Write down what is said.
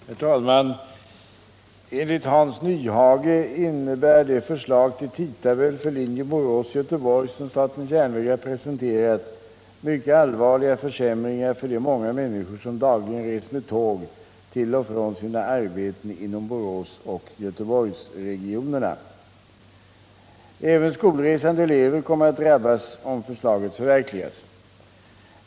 226, och anförde: Herr talman! Enligt Hans Nyhage innebär det förslag till tidtabell för linjen Borås-Göteborg som statens järnvägar presenterat mycket allvarliga försämringar för de många människor som dagligen reser med tåg till och från sina arbeten inom Boråsoch Göteborgsregionerna. Även skolresande elever kommer att drabbas om förslaget förverkligas.